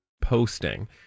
Posting